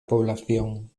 población